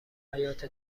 حیاط